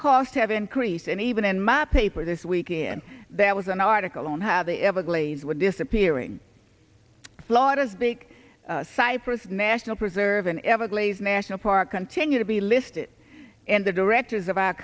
cost have increased and even in my paper this weekend there was an article on how the everglades were disappearing florida's big cypress national preserve an everglades national park continue to be listed in the directors of our